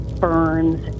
burns